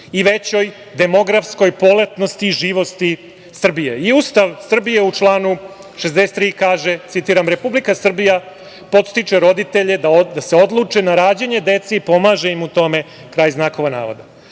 i većoj demografskoj poletnosti i živosti Srbije. Ustav Srbije u članu 63. kaže – Republika Srbija podstiče roditelje da se odluče na rađanje dece i pomaže im u tome. Setimo se da